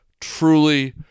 Truly